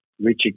Richard